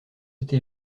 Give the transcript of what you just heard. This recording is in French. été